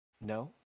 No